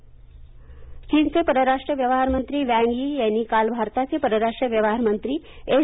जयशंकर चीन चीनचे परराष्ट्र व्यवहार मंत्री वँग यी यांनी काल भारताचे परराष्ट्र व्यवहार मंत्री एस